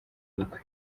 ubukwe